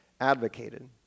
advocated